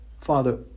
Father